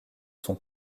son